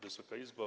Wysoka Izbo!